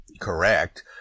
correct